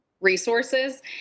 resources